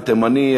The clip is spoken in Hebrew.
ותימני,